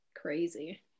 crazy